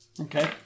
Okay